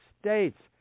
States